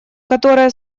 которая